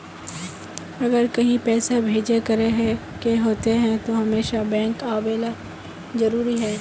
अगर कहीं पैसा भेजे करे के होते है तो हमेशा बैंक आबेले जरूरी है?